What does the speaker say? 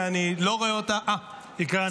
שאני לא רואה אותה -- היא כאן,